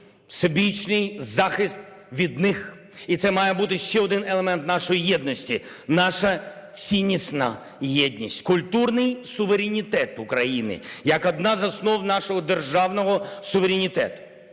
всебічний захист від них. І це має бути ще один елемент нашої єдності, наша ціннісна єдність, культурний суверенітет України як одна з основ нашого державного суверенітету.